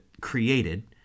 created